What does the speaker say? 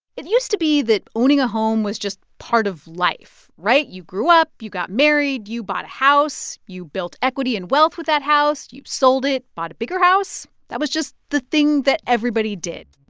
it used to be that owning a home was just part of life, right? you grew up. you got married. you bought a house. you built equity and wealth with that house. you sold it, bought a bigger house. that was just the thing that everybody did.